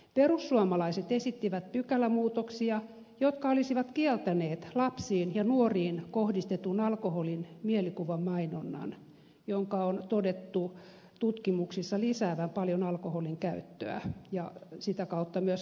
perussuomalaiset esittivät pykälämuutoksia jotka olisivat kieltäneet lapsiin ja nuoriin kohdistetun alkoholin mielikuvamainonnan jonka on todettu tutkimuksissa lisäävän paljon alkoholinkäyttöä ja sitä kautta myös haittoja